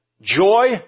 joy